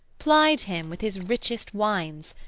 plied him with his richest wines,